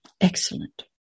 Excellent